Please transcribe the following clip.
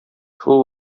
шул